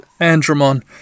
Andromon